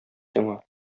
сиңа